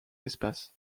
espaces